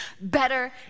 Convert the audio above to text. better